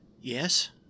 Yes